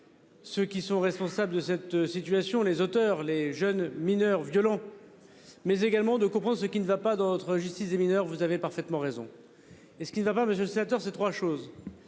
ceux qui sont responsables de cette situation, les jeunes mineurs violents, mais également de comprendre ce qui ne va pas dans notre justice des mineurs – vous avez parfaitement raison. Ce qui ne va pas, monsieur le sénateur, se résume